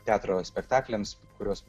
teatro spektakliams kuriuos